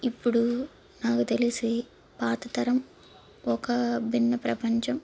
ఇప్పుడు నాకు తెలిసి పాతతరం ఒక భిన్న ప్రపంచం